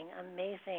amazing